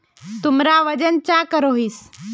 तुमरा वजन चाँ करोहिस?